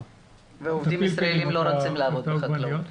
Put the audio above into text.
--- ועובדים ישראליים לא רוצים לעבוד בחקלאות.